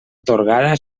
atorgada